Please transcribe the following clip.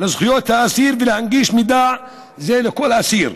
על זכויות האסיר ולהנגיש מידע זה לכל אסיר.